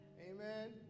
Amen